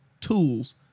tools